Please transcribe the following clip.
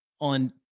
on